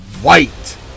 white